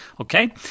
Okay